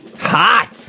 Hot